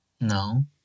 No